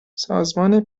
سازمان